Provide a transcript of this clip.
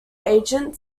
agent